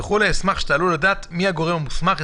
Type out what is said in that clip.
אשמח לדעת מי הגורם המוסמך.